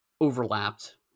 overlapped